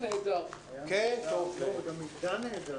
ננעלה